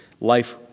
life